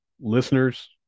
listeners